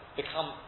become